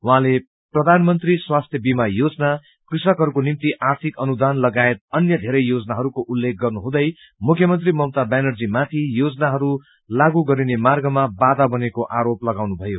उहाँले प्रधानमंत्री स्वास्थ्य वीमा योजना कृषकहरूको निम्ति आर्थिक अनुदान लगायत अन्य धेरै योजनाहरूको उल्लेख गर्नुहुँदै मुख्यमंत्री ममता व्यानर्जीमाथि योजनाहरू लागू गरिने मार्गमा बाधा बनेको आरोप लागाउनुभयो